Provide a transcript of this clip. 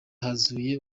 huzuye